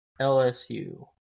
LSU